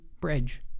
bridge